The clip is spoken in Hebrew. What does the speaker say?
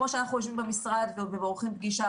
כמו שאנחנו יושבים במשרד ועורכים פגישה,